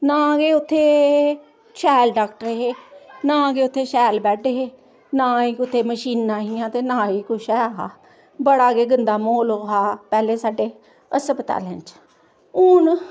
नां गे उत्थे शैल डाॅक्टर हे ना गे उत्थे शैल बेड हे ना गे उत्थे मशिना हियां ते ना गे उत्थे किश ऐ हा बडा गै गंदा माहोल हा पहले साडे हस्पताले च हून